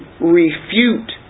refute